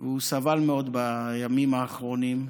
הוא סבל מאוד בימים האחרונים.